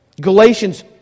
Galatians